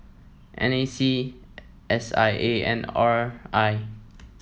N A C S I A and R I